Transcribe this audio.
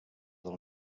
del